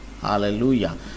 Hallelujah